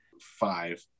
Five